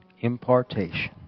impartation